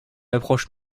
approche